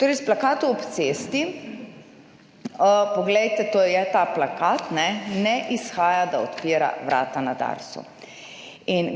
Torej, s plakatov ob cesti, poglejte, to je ta plakat, ne izhaja, da odpira vrata na Darsu In